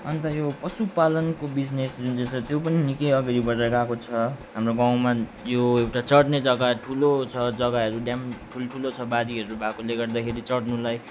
अन्त यो पशुपालनको बिजनेस जुन चाहिँ छ त्यो पनि निकै अघि बढेर गएको छ हाम्रो गाउँमा यो एउटा चर्ने जग्गा ठुलो छ जग्गाहरू ड्याम ठुल्ठुलो छ बारीहरू भएकोले गर्दाखेरि चर्नुलाई